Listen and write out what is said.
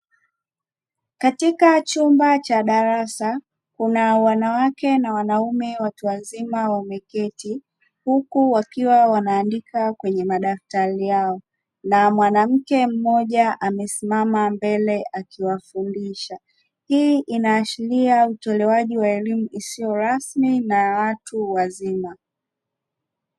Katika chumba cha darasa kuna wanawake na wanaume watu wazima wameketi, huku wakiwa wanaandika kwenye madaftari yao, na mwanamke mmoja amesimama mbele akiwafundisha. Hii inaashiria utolewaji wa elimu isiyo rasmi na ya watu wazima.